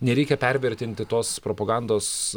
nereikia pervertinti tos propagandos